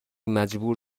مجبور